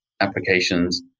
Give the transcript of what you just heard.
applications